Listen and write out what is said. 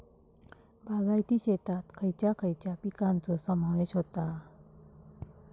बागायती शेतात खयच्या खयच्या पिकांचो समावेश होता?